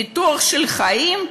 ביטוח של חיים,